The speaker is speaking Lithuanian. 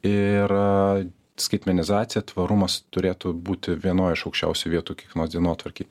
ir skaitmenizacija tvarumas turėtų būti vienoj iš aukščiausių vietų kiekvienoj dienotvarkėj